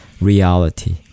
reality